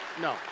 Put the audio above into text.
No